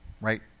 right